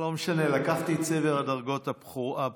לא משנה, לקחתי את צבר הדרגות הגבוהות.